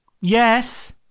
Yes